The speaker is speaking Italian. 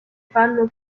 fanno